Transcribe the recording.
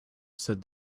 said